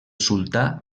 sultà